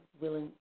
willing